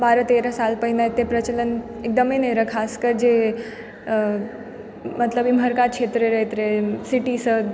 बारज तेरह साल पहिने अते प्रचलन एकदमे नहि रहय खास कऽ जे मतलब जे एमहरका क्षेत्र रहैत रहय सिटी सब